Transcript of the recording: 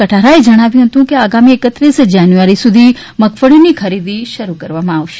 કટારાએ જણાવ્યું હતું કે આગામી એકત્રીસ જાન્યુઆરી સુધી મગફળીની ખરીદી શરૂ રાખવામા આવશે